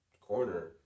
corner